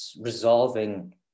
resolving